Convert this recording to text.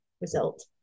result